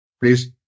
Please